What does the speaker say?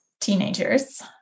teenagers